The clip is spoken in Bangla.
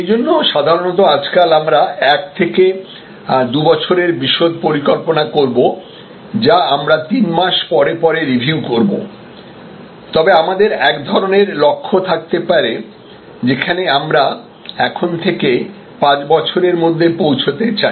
সেই জন্য সাধারণত আজকাল আমরা 1 থেকে 2 বছরের বিশদ পরিকল্পনা করব যা আমরা তিন মাস পরে পরে রিভিউ করব তবে আমাদের এক ধরণের লক্ষ্য থাকতে পারে যেখানে আমরা এখন থেকে 5 বছরের মধ্যে পৌঁছতে চাই